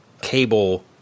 Cable